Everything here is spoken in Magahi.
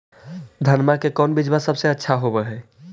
धनमा के कौन बिजबा सबसे अच्छा होव है?